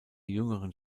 jüngeren